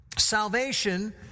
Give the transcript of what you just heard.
salvation